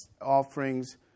offerings